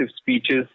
speeches